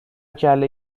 کله